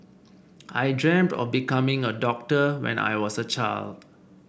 I dreamt of becoming a doctor when I was a child